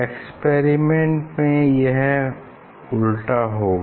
experiment में यह उल्टा होगा